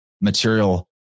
material